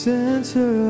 Center